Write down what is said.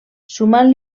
sumant